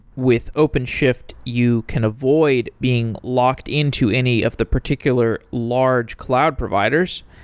with openshift, you can avoid being locked into any of the particular large cloud providers.